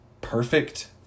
perfect